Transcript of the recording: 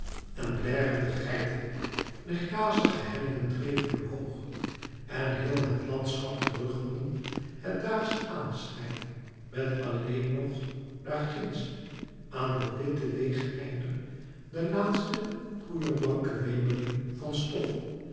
en blèrende geiten de grazige hellingen dreven omhoog en heel het landschap terug won het daagsche aanschijn met alleen nog daar ginds aan den witten wege einder de laatste poeïerblanke wemeling van stof